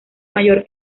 mayor